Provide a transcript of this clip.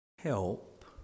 Help